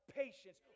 patience